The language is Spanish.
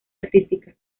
artística